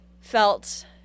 felt